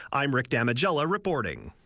i'm rick damigella reporting.